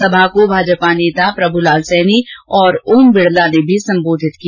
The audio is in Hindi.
सभा को भाजपा नेता प्रभुलाल सैनी और ओम बिड़ला ने भी संबोधित किया